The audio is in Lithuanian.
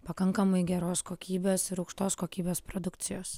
pakankamai geros kokybės ir aukštos kokybės produkcijos